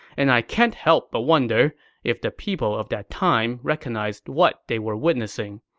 and i can't help but wonder if the people of that time recognized what they were witnessing.